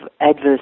adverse